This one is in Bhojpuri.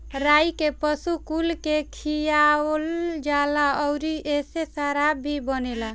राई के पशु कुल के खियावल जाला अउरी एसे शराब भी बनेला